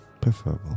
preferable